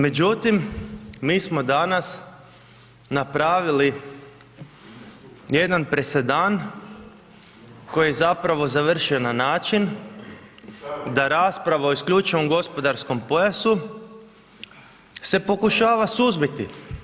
Međutim mi smo danas napravili jedan presedan koji je zapravo završio na način da rasprava o isključivom gospodarskom pojasu se pokušava suzbiti.